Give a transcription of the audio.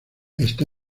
está